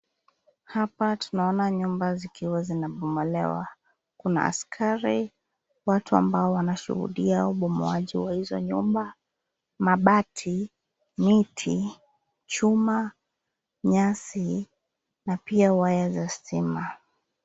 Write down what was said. Hapa tunaona nyumba zikiwa zinabomolewa, kuna askari, watu ambao wanashuhudia ubomoaji wa hizo nyumba, mabati, miti, chuma, nyasi na pia waya za stima.